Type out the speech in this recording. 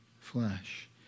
flesh